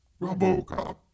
Robocop